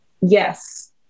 Yes